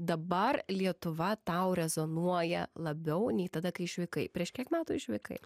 dabar lietuva tau rezonuoja labiau nei tada kai išvykai prieš kiek metų išvykai